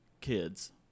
kids